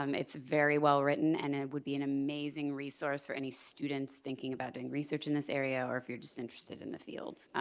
um it's very well written and it would be an amazing resource for any students thinking about doing research in this area or if you're just interested in the field.